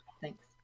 Thanks